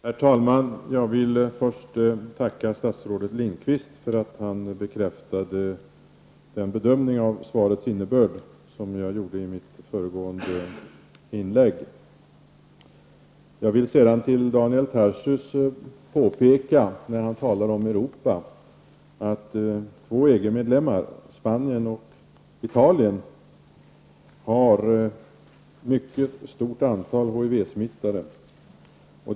Herr talman! Jag vill först tacka statsrådet Lindqvist för att han bekräftade den bedömning av svarets innebörd som jag gjorde i mitt föregående inlägg. Daniel Tarschys talade om Europa. Jag vill då påpeka att två EG-medlemmar, Spanien och Italien, har ett mycket stort antal HIV-smittade.